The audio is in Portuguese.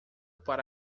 para